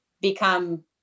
become